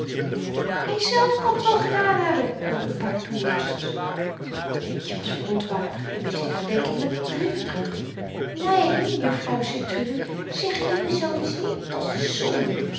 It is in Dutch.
hyzelf kan t wel gedaan hebben riepen n paar toehoorsters leentje was verontwaardigd en wees die verdenking met drift terug neen juffrouw sertrude zeg uwe zoo iets niet dat's zonde